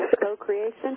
Co-Creation